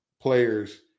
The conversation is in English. players